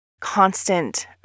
constant